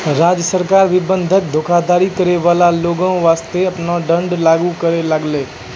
राज्य सरकार भी बंधक धोखाधड़ी करै बाला लोगो बासतें आपनो दंड लागू करै लागलै